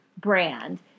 brand